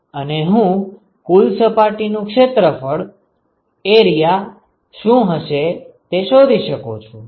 અને હું કુલ સપાટીનું ક્ષેત્રફળ શું હશે તે શોધી શકું છું